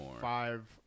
five